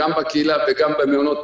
גם בקהילה וגם במעונות,